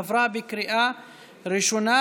עברה בקריאה ראשונה,